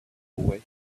away